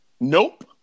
Nope